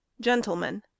gentlemen